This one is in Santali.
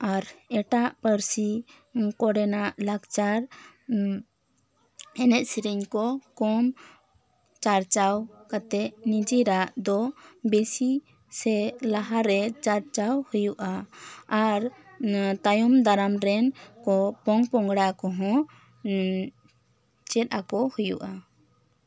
ᱟᱨ ᱮᱴᱟᱜ ᱯᱟᱹᱨᱥᱤ ᱠᱚᱨᱮᱱᱟᱜ ᱞᱟᱠᱪᱟᱨ ᱮᱱᱮᱡ ᱥᱮᱨᱮᱧ ᱠᱚ ᱠᱚᱢ ᱪᱟᱨᱪᱟᱣ ᱠᱟᱛᱮᱫ ᱱᱤᱡᱮᱨᱟᱜ ᱫᱚ ᱵᱤᱥᱤ ᱥᱮ ᱞᱟᱦᱟ ᱨᱮ ᱪᱟᱨᱪᱟᱣ ᱦᱩᱭᱩᱜᱼᱟ ᱟᱨ ᱛᱟᱭᱚᱢ ᱫᱟᱨᱟᱢ ᱨᱮᱱ ᱠᱚ ᱯᱚᱼᱯᱚᱝᱲᱟ ᱠᱚᱦᱚᱸ ᱪᱮᱫ ᱟᱠᱚ ᱦᱩᱭᱩᱜᱼᱟ